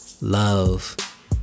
love